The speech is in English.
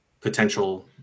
potential